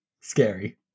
scary